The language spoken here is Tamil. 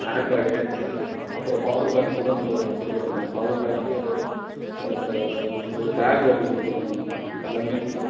ஏர்பேட் அப்புறம் பவர் பேங்க் கூட நம்போ கொடுக்கறோம் மேடம் பவர் பேங்க் ஒரு ஒரு பேக் ஒன்று கொடுக்கறோம் மேடம் எல்லாமே கொடுக்கறோம்